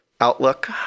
Outlook